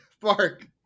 Bark